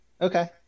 Okay